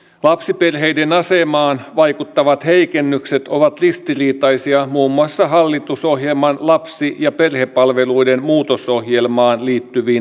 lapsiperheiden asemaan vaikuttavat heikennykset ovat ristiriitaisia muun muassa hallitusohjelman lapsi ja perhepalveluiden muutosohjelmaan liittyviin tavoitteisiin nähden